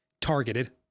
targeted